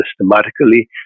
systematically